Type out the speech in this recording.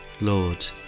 Lord